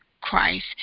Christ